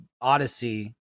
Odyssey